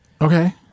Okay